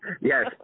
Yes